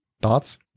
thoughts